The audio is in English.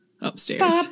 upstairs